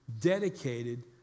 dedicated